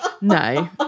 No